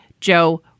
Joe